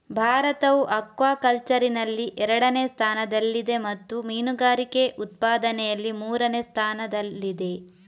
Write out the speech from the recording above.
ಭಾರತವು ಅಕ್ವಾಕಲ್ಚರಿನಲ್ಲಿ ಎರಡನೇ ಸ್ಥಾನದಲ್ಲಿದೆ ಮತ್ತು ಮೀನುಗಾರಿಕೆ ಉತ್ಪಾದನೆಯಲ್ಲಿ ಮೂರನೇ ಸ್ಥಾನದಲ್ಲಿದೆ